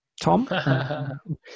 Tom